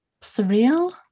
surreal